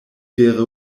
vere